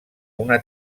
una